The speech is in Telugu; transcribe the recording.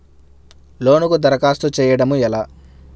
లోనుకి దరఖాస్తు చేయడము ఎలా?